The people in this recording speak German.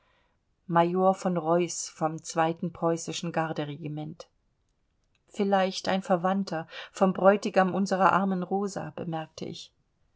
major von reuß vom preußischen garderegiment vielleicht ein verwandter vom bräutigam unserer armen rosa bemerkte ich